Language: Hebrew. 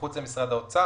מחוץ למשרד האוצר.